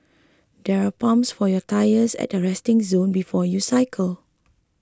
there are pumps for your tyres at the resting zone before you cycle